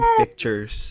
pictures